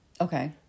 Okay